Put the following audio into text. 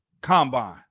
Combine